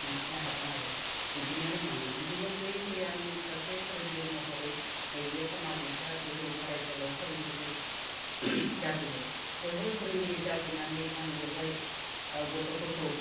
दिन्थिनो हादों आरो बिदिनो रोंलांदों बिदिनो फैयै फैयै आं सासे फोरोंगिरि महरै नैबे खामार दैसा गोजौ फरायसालियाव फोरोंगिरि जाफैबाय बेवहाय फोरोंगिरि जाफैनानै आं बेवहाय गथ'फोरखौ